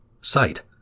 sight